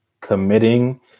committing